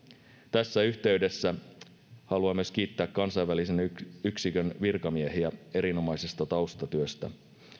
tässä yhteydessä haluan myös kiittää kansainvälisen yksikön virkamiehiä erinomaisesta taustatyöstä